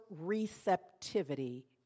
receptivity